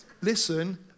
Listen